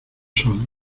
sol